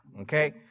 okay